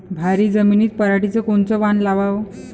भारी जमिनीत पराटीचं कोनचं वान लावाव?